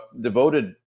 devoted